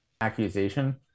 accusation